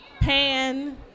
Pan